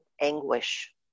anguish